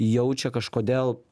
jaučia kažkodėl